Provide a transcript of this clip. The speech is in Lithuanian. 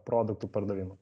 produktų pardavimą